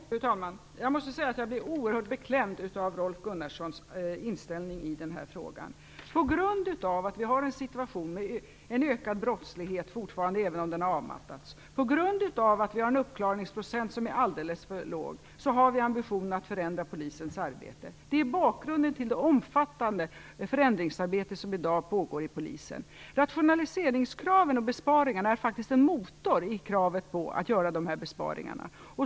Fru talman! Jag måste säga att jag blir oerhört beklämd av Rolf Gunnarssons inställning i den här frågan. På grund av att vi fortfarande har en situation med ökad brottslighet, även om den har avmattats, och på grund av att vi har en uppklarningsprocent som är alldeles för låg, så har vi ambitionen att förändra Polisens arbete. Det är bakgrunden till det omfattande förändringsarbete som i dag pågår inom Polisen. Rationaliseringskraven och besparingarna är faktiskt en motor i kravet på att göra dessa besparingar.